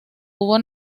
hubo